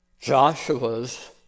Joshua's